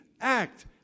act